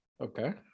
Okay